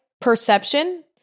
perception